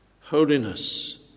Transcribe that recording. Holiness